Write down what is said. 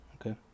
Okay